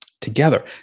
together